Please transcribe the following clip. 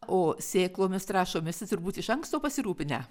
o sėklomis trąšomis jūs turbūt iš anksto pasirūpinę